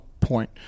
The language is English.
point